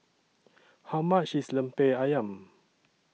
How much IS Lemper Ayam